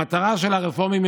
המטרה של הרפורמים,